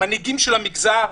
המנהיגים של המגזר,